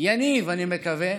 והוא יניב, אני מקווה,